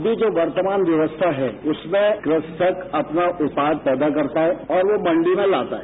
अभी जो वर्तमान व्यवस्था है उसमें कृषक अपना उत्पाद पैदा करता है और वो मंडी में लाता है